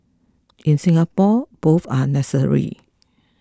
in Singapore both are necessary